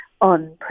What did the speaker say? on